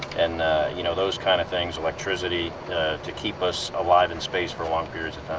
and you know those kind of things, electricity to keep us alive in space for long periods of time.